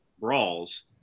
Brawls